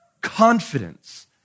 Confidence